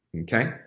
Okay